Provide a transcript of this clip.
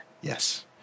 Yes